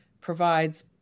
provides